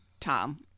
Tom